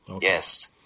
yes